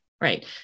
Right